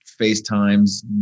FaceTimes